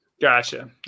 gotcha